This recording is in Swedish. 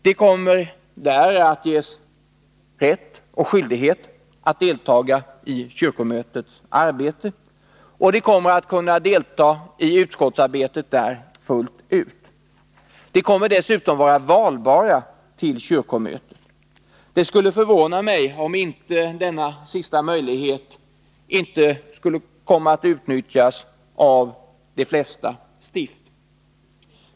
De kommer i framtiden att ges rätt och skyldighet att deltaga i kyrkomötets arbete, och de kommer att fullt ut kunna deltaga i dess utskottsarbete. De kommer dessutom att vara valbara till kyrkomötet. Det skulle förvåna mig, om denna sista möjlighet inte kommer att utnyttjas av de flesta stift.